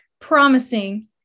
promising